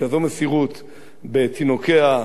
ובכזאת מסירות בתינוקותיה,